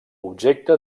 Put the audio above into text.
objecte